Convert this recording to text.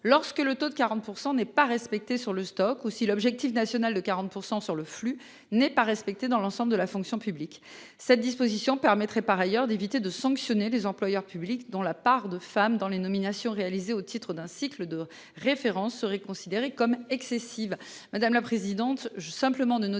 lorsque le taux de 40% n'est pas respectée sur le stock ou si l'objectif national de 40% sur le flux n'est pas respectée dans l'ensemble de la fonction publique. Cette disposition permettrait par ailleurs d'éviter de sanctionner les employeurs publics, dont la part de femmes dans les nominations réalisées au titre d'un cycle de référence serait considérée comme excessive,